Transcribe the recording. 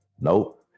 Nope